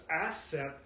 asset